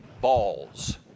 balls